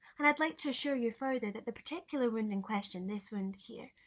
and i'd like to assure you further that the particular wound in question, this wound here,